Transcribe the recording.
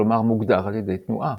כלומר - מוגדר על ידי התנועה.